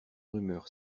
rumeur